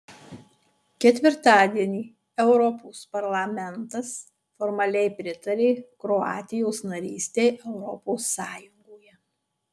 ketvirtadienį europos parlamentas formaliai pritarė kroatijos narystei europos sąjungoje